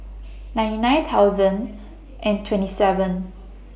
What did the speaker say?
ninety nine thousand and twenty seven